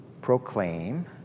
proclaim